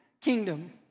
kingdom